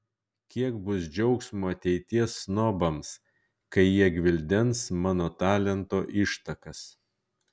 kiek bus džiaugsmo ateities snobams kai jie gvildens mano talento ištakas